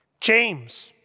James